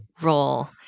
role